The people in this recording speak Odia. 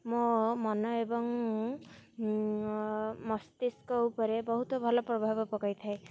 ମୋ ମନ ଏବଂ ମସ୍ତିଷ୍କ ଉପରେ ବହୁତ ଭଲ ପ୍ରଭାବ ପକେଇଥାଏ